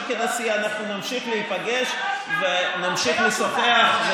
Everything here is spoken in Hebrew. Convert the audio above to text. כנשיא אנחנו נמשיך להיפגש ונמשיך לשוחח.